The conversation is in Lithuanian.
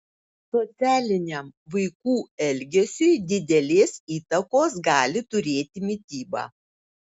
socialiniam vaikų elgesiui didelės įtakos gali turėti mityba